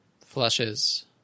flushes